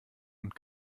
und